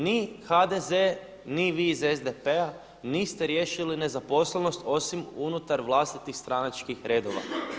Ni HDZ, ni vi iz SDP-a niste riješili nezaposlenost osim unutar vlastitih stranačkih redova.